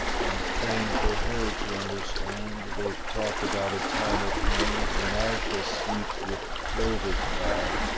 and plain for her to understand they talk about a time at hand when i shall sleep with clover clad,